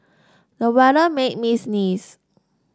the weather made me sneeze